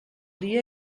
dia